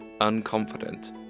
unconfident